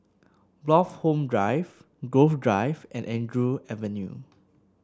Bloxhome Drive Grove Drive and Andrew Avenue